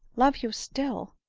love you still!